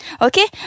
Okay